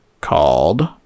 called